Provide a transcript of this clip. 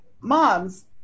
moms